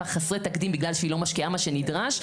חסרי תקדים בגלל שהיא לא משקיעה מה שנדרש,